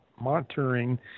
monitoring